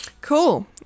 Cool